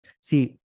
see